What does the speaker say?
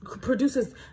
produces